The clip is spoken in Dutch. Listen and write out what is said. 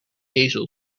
ezels